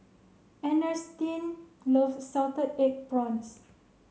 Ernestine love Salted Egg Prawns